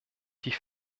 die